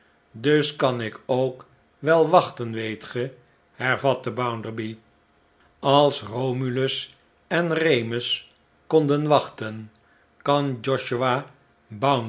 dus kan ik ook wel wachten weet ge hervatte bounderby als romulus en remus konden wachten kan josiah